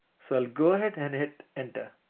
so i'll go ahead and hit enter.